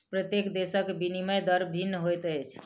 प्रत्येक देशक विनिमय दर भिन्न होइत अछि